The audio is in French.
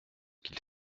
qu’ils